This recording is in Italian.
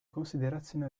considerazioni